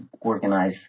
organize